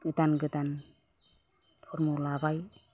गोदान गोदान धर्म' लाबाय